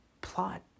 plot